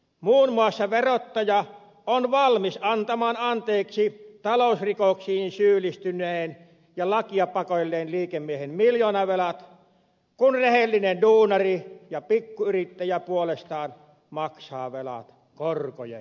muun muassa verottaja on valmis antamaan anteeksi talousrikoksiin syyllistyneen ja lakia pakoilleen liikemiehen miljoonavelat kun rehellinen duunari ja pikkuyrittäjä puolestaan maksaa velat korkojen kera